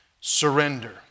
Surrender